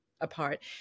apart